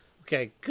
Okay